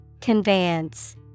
Conveyance